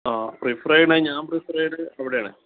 ആ പ്രിഫെറ് ചെയ്യുന്നത് ഞാൻ പ്രിഫെറ് ചെയ്യുന്നത് അവിടെയാണ്